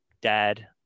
dad